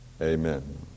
Amen